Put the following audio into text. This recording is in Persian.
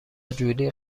جولی